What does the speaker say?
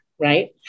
right